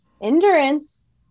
endurance